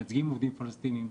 מייצגים עובדים פלסטינים,